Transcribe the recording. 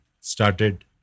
started